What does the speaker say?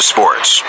Sports